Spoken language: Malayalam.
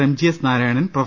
M G S Narayanan prof